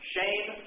Shame